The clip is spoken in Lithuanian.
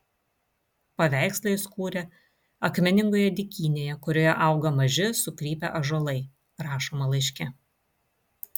paveikslą jis kūrė akmeningoje dykynėje kurioje auga maži sukrypę ąžuolai rašoma laiške